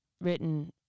written